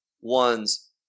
one's